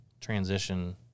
transition